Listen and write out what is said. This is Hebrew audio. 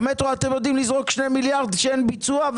במטרו אתם יודעים לזרוק 2 מיליארד כשאין ביצוע,